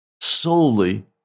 solely